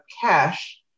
cash